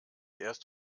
erst